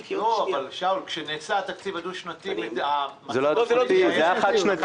שאול, כשנעשה התקציב הדו-שנתי, המצב היה --- אני